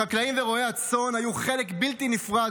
החקלאים ורועי הצאן היו חלק בלתי נפרד